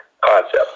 concept